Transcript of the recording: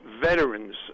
veterans